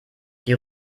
die